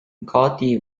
gotti